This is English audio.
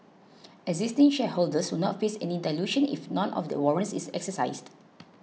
existing shareholders will not face any dilution if none of the warrants is exercised